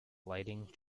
lighting